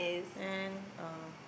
and uh